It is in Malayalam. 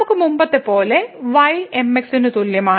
നമുക്ക് മുമ്പത്തെപ്പോലെ y mx ന് തുല്യമാണ്